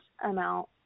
amount